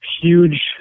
huge